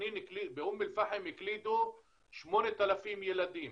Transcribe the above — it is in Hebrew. באום אל פחם הקלידו 8,000 ילדים